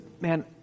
man